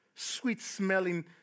sweet-smelling